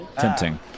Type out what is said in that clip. Tempting